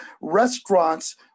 restaurants